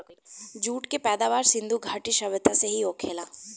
jute के पैदावार सिधु घाटी सभ्यता से ही होखेला